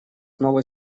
новой